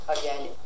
again